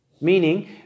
Meaning